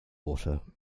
water